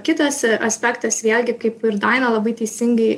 kitas aspektas vėlgi kaip ir daiva labai teisingai